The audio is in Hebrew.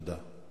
תודה.